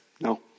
No